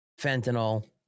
Fentanyl